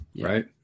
right